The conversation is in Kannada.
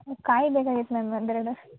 ಕಾಯಿ ಬೇಕಾಗಿತ್ತು ಮ್ಯಾಮ್ ಒಂದು ಎರಡು